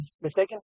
mistaken